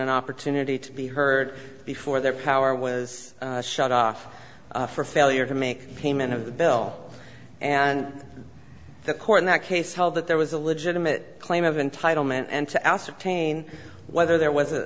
an opportunity to be heard before their power was shut off for failure to make payment of the bill and the court in that case held that there was a legitimate claim of entitlement and to ascertain whether there was a